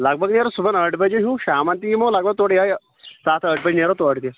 لگ بھگ نیرو صُبحن أٹھِ بجے ہیٛوٗ شامن تہِ یِمو لگ بھگ تورٕ یہَے سَتھ أٹھ بجہِ نیرو تورٕ تہِ